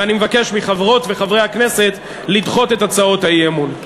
ואני מבקש מחברות וחברי הכנסת לדחות את הצעות האי-אמון.